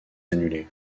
annuler